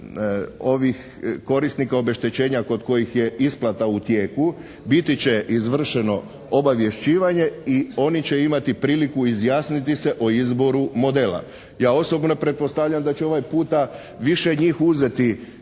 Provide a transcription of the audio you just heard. korisnika obeštećenja kod kojih je isplata u tijeku, biti će izvršeno obavješćivanje i oni će imati priliku izjasniti se o izboru modela. Ja osobno pretpostavljam da će ovaj puta više njih uzeti